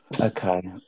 Okay